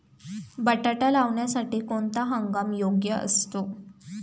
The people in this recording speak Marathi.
बटाटा लावण्यासाठी कोणता हंगाम योग्य असतो?